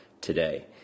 today